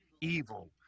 evil